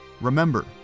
remember